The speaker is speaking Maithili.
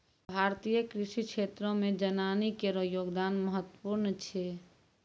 भारतीय कृषि क्षेत्रो मे जनानी केरो योगदान महत्वपूर्ण छै